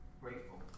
grateful